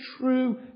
true